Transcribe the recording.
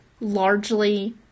largely